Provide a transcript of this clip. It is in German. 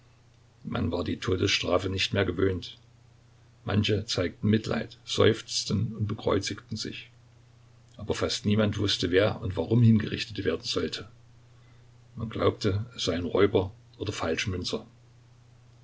man war die todesstrafe nicht mehr gewöhnt manche zeigten mitleid seufzten und bekreuzigten sich aber fast niemand wußte wer und warum hingerichtet werden sollte man glaubte es seien räuber oder falschmünzer